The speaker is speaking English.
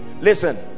listen